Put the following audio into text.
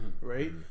right